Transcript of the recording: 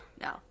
no